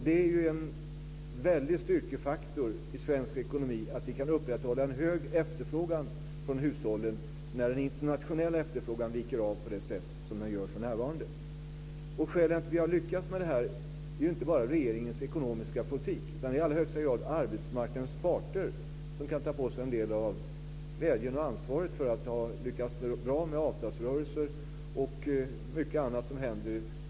Det är en väldig styrkefaktor i svensk ekonomi att vi kan upprätthålla en hög efterfrågan från hushållen när den internationella efterfrågan viker av på det sätt den gör för närvarande. Skälen till att vi har lyckats med detta är inte bara regeringens ekonomiska politik utan i allra högsta grad att arbetsmarknadens parter kan ta på sig en del av glädjen och ansvaret för att ha lyckats bra med avtalsrörelser och annat.